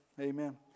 amen